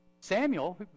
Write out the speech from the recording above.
samuel